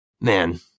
man